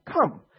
come